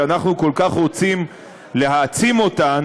שאנחנו כל כך רוצים להעצים אותן,